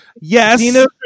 Yes